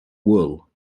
wool